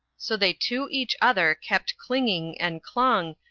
so they to each other kept clinging, and clung,